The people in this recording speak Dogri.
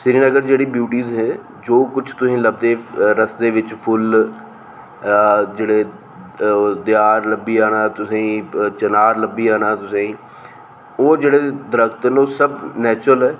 श्रीनगर जेह्ड़ी ब्यूट्ज ऐ जो किश तुसेंगी लभदा ऐ रस्ते बिच्च फुल जेह्ड़े दयार लब्भी जान तुसेंगी चनार लब्भी जाना तुसेंगी होर जेह्ड़े दरख्त न ओह् सब नेचरल न